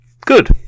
Good